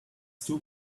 too